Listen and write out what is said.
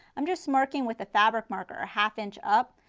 um just marking with a fabric marker, half inch up.